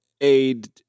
aid